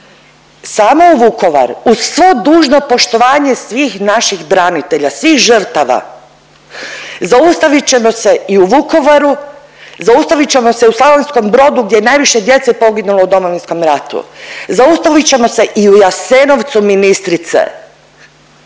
samo u Vukovar, uz svo dužno poštovanje svih naših branitelja, svih žrtava, zaustavit ćemo se i u Vukovaru, zaustavit ćemo se u Slavonskom Brodu gdje je najviše djece poginulo u Domovinskom ratu, zaustavit ćemo se i Jasenovcu, ministrice.